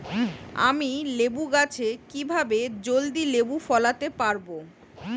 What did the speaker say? আমি লেবু গাছে কিভাবে জলদি লেবু ফলাতে পরাবো?